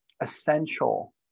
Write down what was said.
essential